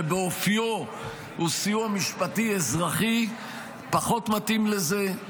שבאופיו הוא סיוע משפטי אזרחי, פחות מתאים לזה,